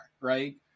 Right